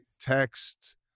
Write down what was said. text